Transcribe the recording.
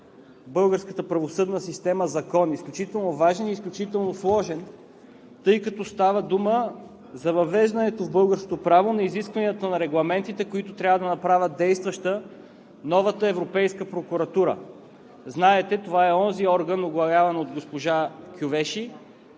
българската правосъдна система закон. Изключително важен и изключително сложен, тъй като става дума за въвеждането в българското право на изискванията на регламентите, които трябва да направят действаща новата Европейска прокуратура. Знаете, това е онзи орган, оглавяван от госпожа Кьовеши,